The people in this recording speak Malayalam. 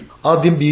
് ആദ്യം ബി